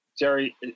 Jerry